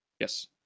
yes